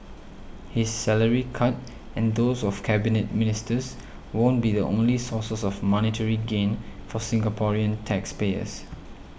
his salary cut and those of Cabinet Ministers won't be the only sources of monetary gain for Singaporean taxpayers